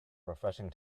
refreshing